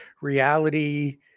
reality